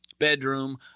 Bedroom